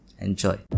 Enjoy